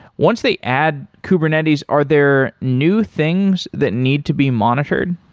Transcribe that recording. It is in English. once they add kubernetes, are there new things that need to be monitored?